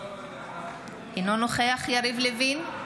אינו נוכח יריב לוין,